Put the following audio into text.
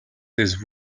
this